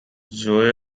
zoe